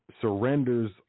surrenders